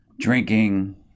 Drinking